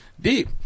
deep